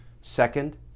Second